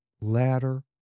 ladder